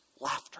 Laughter